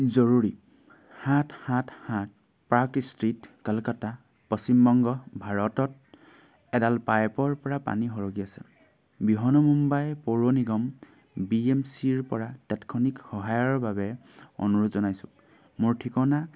জৰুৰী সাত সাত সাত পাৰ্ক ষ্ট্ৰীট কলকাতা পশ্চিমবংগ ভাৰতত এডাল পাইপৰ পৰা পানী সৰকি আছে বৃহন্মুম্বাই পৌৰ নিগম বি এম চিৰ পৰা তাৎক্ষণিক সহায়ৰ বাবে অনুৰোধ জনাইছোঁ মোৰ ঠিকনা